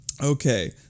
Okay